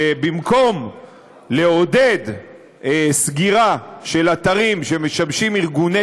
שבמקום לעודד סגירה של אתרים שמשמשים ארגוני